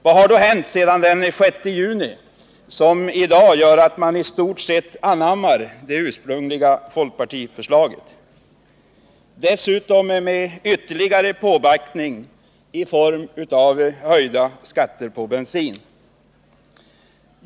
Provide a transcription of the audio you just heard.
Vad har då hänt sedan den 6 juni som i dag gör att man i stort sett anammar det ursprungliga folkpartiförslaget, dessutom med ytterligare påbackning i form av höjda skatter på bensin?